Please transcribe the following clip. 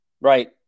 Right